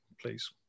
please